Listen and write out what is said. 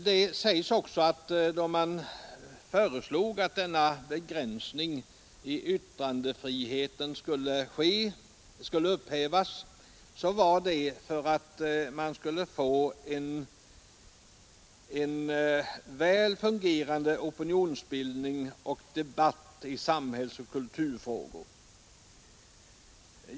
Det sägs också i svaret att denna begränsning i yttrandefriheten upphävdes för att man skulle få en väl fungerande opinionsbildning och debatt i samhällsoch kulturfrågor.